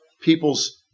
people's